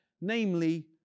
namely